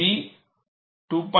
B 2